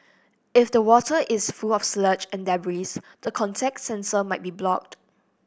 if the water is full of sludge and debris the contact sensor might be blocked